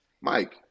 mike